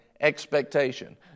expectation